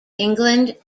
england